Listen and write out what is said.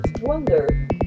wonder